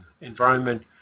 environment